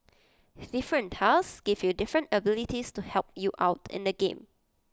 different tiles give you different abilities to help you out in the game